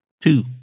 two